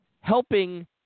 helping